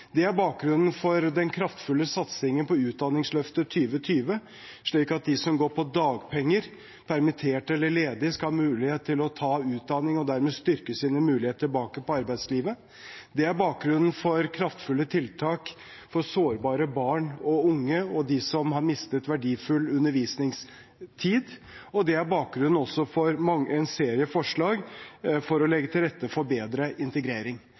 Det er bakgrunnen for den kraftfulle satsingen på Utdanningsløftet 2020, slik at de som går på dagpenger, permitterte eller ledige skal ha mulighet til å ta utdanning og dermed styrke sine muligheter tilbake i arbeidslivet. Det er bakgrunnen for kraftfulle tiltak for sårbare barn og unge og for dem som har mistet verdifull undervisningstid. Det er også bakgrunnen for en serie forslag for å legge til rette for bedre integrering.